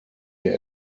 wir